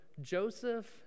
Joseph